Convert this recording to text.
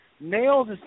Nails